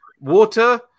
Water